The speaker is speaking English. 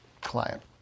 client